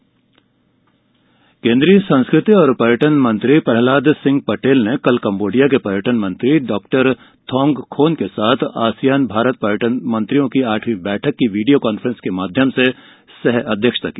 Patel ASEAN Bharat पर्यटन केन्द्रीय संस्कृति और पर्यटन मंत्री प्रहलाद सिंह पटेल ने कल कंबोडिया के पर्यटन मंत्री डॉक्टर थॉन्गं खोन के साथ आसियान भारत पर्यटन मंत्रियों की आठवीं बैठक की वीडियो कांफ्रेंस के माध्यम से सह अध्यक्षता की